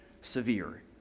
severe